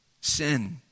Sin